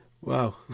Wow